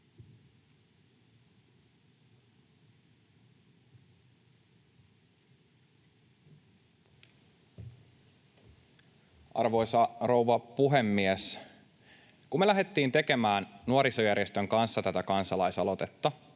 Arvoisa rouva puhemies! Kun me lähdettiin tekemään nuorisojärjestön kanssa tätä kansalaisaloitetta